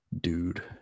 dude